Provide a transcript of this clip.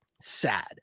sad